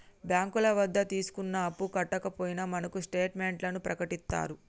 బ్యాంకుల వద్ద తీసుకున్న అప్పు కట్టకపోయినా మనకు స్టేట్ మెంట్లను ప్రకటిత్తారు